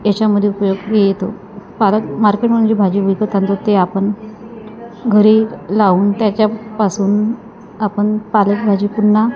याच्यामध्ये उपयोग येतो पालक मार्केटमधून जी भाजी विकत आणतो ते आपण घरी लावून त्याच्यापासून आपण पालक भाजी पुन्हा